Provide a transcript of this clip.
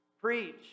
Preach